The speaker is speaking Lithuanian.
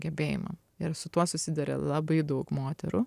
gebėjimam ir su tuo susiduria labai daug moterų